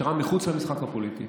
המשטרה מחוץ למשחק הפוליטי